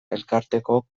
elkarteko